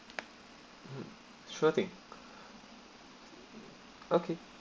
sure thing okay